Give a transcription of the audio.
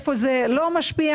איפה זה לא משפיע,